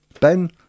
Ben